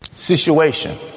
situation